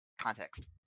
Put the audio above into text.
context